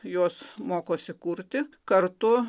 juos mokosi kurti kartu